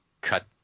cut